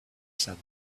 said